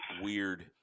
weird